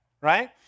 right